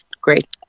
great